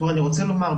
אני רוצה לומר,